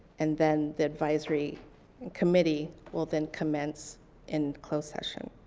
and then the advisory committee will then commence in closed session.